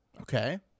okay